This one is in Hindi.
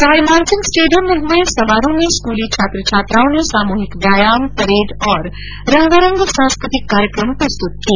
सवाईमानसिंह स्टेडियम में हुए समारोह में स्कूली छात्र छात्राओं ने सामूहिक व्यायाम परेड और रंगारंग सांस्कृतिक कार्यक्रम प्रस्तुत किए